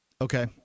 Okay